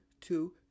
two